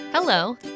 Hello